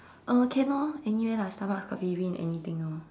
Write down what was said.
uh can orh anywhere lah Starbucks Coffee bean anything orh